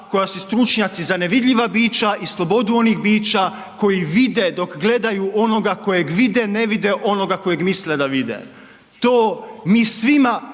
koja su stručnjaci za nevidljiva bića i slobodu onih bića koji vide dok gledaju onoga kojeg vide ne vide onoga kojeg misle da vide. To mi svima